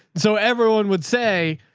so everyone would say,